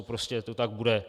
Prostě to tak bude.